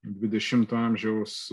dvidešimto amžiaus